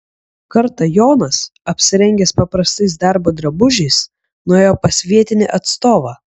kartą jonas apsirengęs paprastais darbo drabužiais nuėjo pas vietinį atstovą